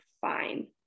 fine